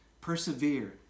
persevere